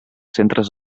centres